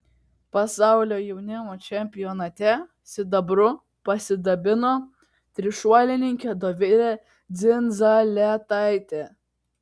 pasaulio jaunimo čempionate sidabru pasidabino trišuolininkė dovilė dzindzaletaitė